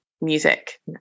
music